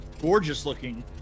gorgeous-looking